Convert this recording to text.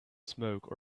smoke